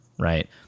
right